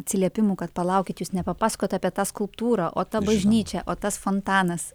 atsiliepimų kad palaukit jūs nepapasakojot apie tą skulptūrą o ta bažnyčia o tas fontanas